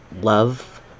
love